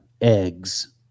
eggs